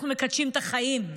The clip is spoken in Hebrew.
אנחנו מקדשים את החיים.